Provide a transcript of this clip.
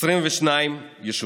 22 יישובים.